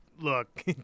look